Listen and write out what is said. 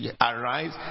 arise